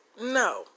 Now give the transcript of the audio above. No